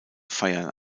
feiern